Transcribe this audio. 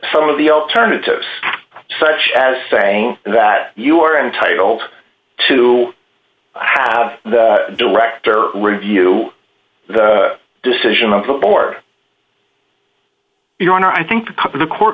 some of the alternatives such as saying that you are entitled to have the director review the decision of the board your honor i think the court